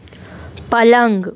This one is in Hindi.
पलंग